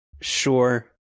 Sure